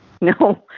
No